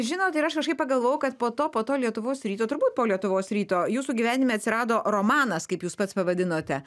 žinot ir aš kažkaip pagalvojau kad po to po to lietuvos ryto turbūt po lietuvos ryto jūsų gyvenime atsirado romanas kaip jūs pats pavadinote